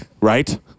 Right